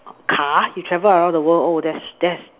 car you travel around the world oh that's that's